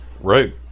right